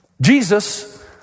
Jesus